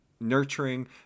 nurturing